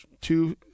two